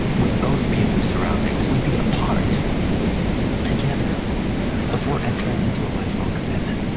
we'd both be in new surroundings we'd be apart together before entering into a lifelong commitment.